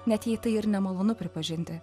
net jei tai ir nemalonu pripažinti